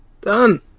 Done